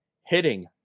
hitting